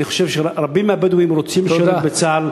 אני חושב שרבים מהבדואים רוצים לשרת בצה"ל.